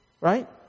right